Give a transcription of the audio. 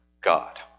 God